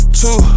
two